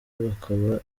bakaba